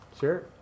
Sure